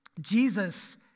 Jesus